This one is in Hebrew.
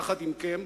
יחד עמכם,